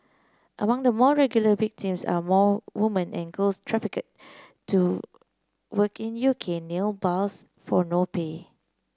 among the more regular victims are more women and girls trafficked to work in U K nail bars for no pay